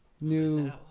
New